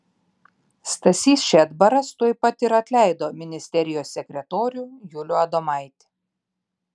stasys šedbaras tuoj pat ir atleido ministerijos sekretorių julių adomaitį